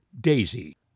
Daisy